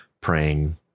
praying